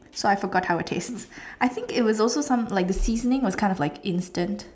so I forgot how it tastes I think it was also some like the seasoning was kind of like instant